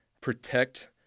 protect